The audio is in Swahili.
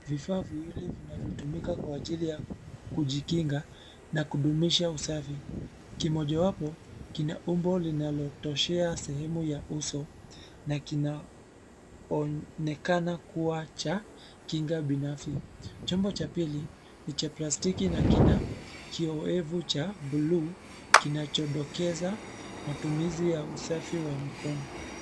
Vifaa viwili vinavyotumika kwa ajili ya kujikinga na kudumisha usafi, kimojawapo kina umbo linalotoshea sehemu ya uso na kinaonekana kuwa cha kinga binafsi. Chombo cha pili, ni cha plastiki na kina kioevu cha buluu kinachodokeza matumizi ya usafi wa mikono.